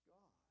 God